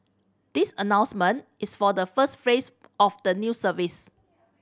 this announcement is for the first phase of the new service